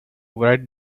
write